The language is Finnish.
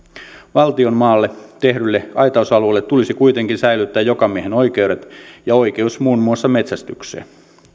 valtion maalle tehdyllä aitausalueella tulisi kuitenkin säilyttää jokamiehenoikeudet ja oikeus muun muassa metsästykseen